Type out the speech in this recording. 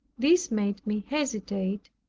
this made me hesitate,